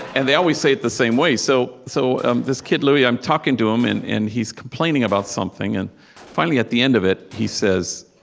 and they always say it the same way. so so this kid, louie, i'm talking to him, and and he's complaining about something. and finally, at the end of it, he says,